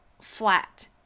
flat